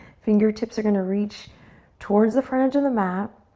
fingertips are gonna reach towards the front edge of the mat.